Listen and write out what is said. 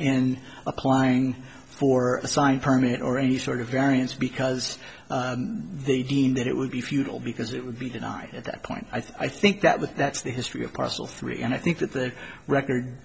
in applying for a signed permit or any sort of variance because they deem that it would be futile because it would be denied at that point i think that that's the history of parcel three and i think that the record